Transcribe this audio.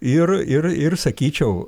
ir ir ir sakyčiau